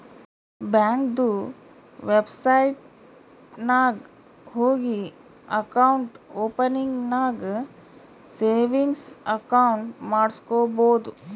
ಬ್ಯಾಂಕ್ದು ವೆಬ್ಸೈಟ್ ನಾಗ್ ಹೋಗಿ ಅಕೌಂಟ್ ಓಪನಿಂಗ್ ನಾಗ್ ಸೇವಿಂಗ್ಸ್ ಅಕೌಂಟ್ ಮಾಡುಸ್ಕೊಬೋದು